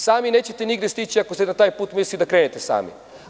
Sami nećete nigde stići ako ste na taj put mislili da krenete sami.